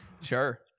Sure